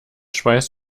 schweiß